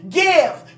give